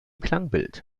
klangbild